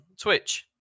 Twitch